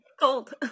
Cold